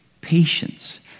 patience